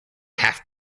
half